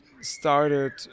started